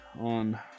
on